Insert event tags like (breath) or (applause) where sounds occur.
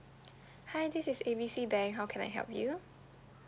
(breath) hi this is A B C bank how can I help you